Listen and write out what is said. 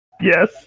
yes